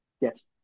Yes